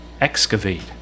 excavate